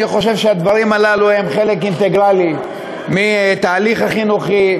אני חושב שהדברים הללו הם חלק אינטגרלי מהתהליך החינוכי,